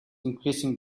increasing